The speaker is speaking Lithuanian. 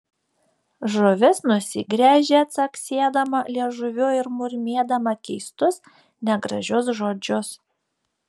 žuvis nusigręžė caksėdama liežuviu ir murmėdama keistus negražius žodžius